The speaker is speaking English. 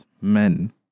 men